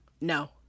No